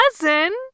cousin